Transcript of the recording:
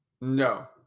No